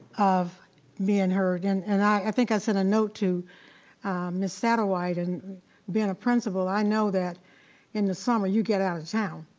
of being and heard, and and i think i sent a note to ms. satterwhite, and being a principal i know that in the summer you get out of town.